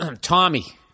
Tommy